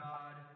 God